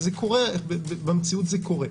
זה קורה, במציאות זה קורה.